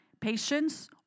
Patience